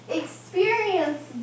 experience